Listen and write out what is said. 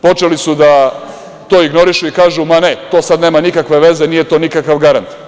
Počeli su da to ignorišu i kažu – ma ne, to sad nema nikakve veze, nije to nikakav garant.